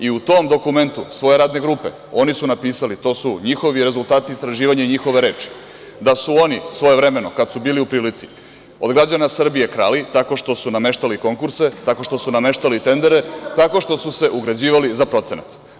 I u tom dokumentu, svoje radne grupe, oni su napisali to su njihovi rezultati istraživanja i njihove reči, da su oni svojevremeno, kad su bili u prilici, od građana Srbije krali tako što su nameštali konkurse, tako što su nameštali tendere, tako što su se ugrađivali za procenat.